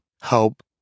help